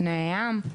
באופנועי ים.